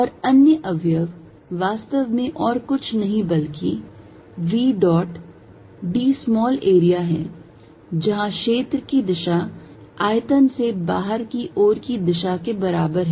और अन्य अवयव वास्तव में और कुछ नहीं बल्कि v dot d small area है जहां क्षेत्र की दिशा आयतन से बाहर की ओर की दिशा के बराबर है